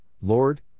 Lord